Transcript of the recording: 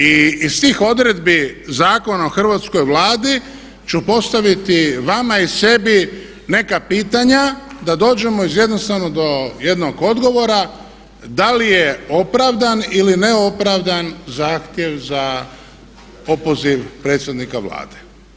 I iz tih odredbi Zakona o hrvatskoj Vladi ću postaviti vama i sebi neka pitanja do dođemo iz jednostavno do jednog odgovora da li je opravdan ili neopravdan zahtjev za opoziv predsjednika Vlade.